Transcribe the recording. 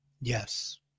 Yes